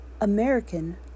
American